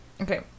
okay